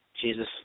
Jesus